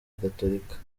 gatolika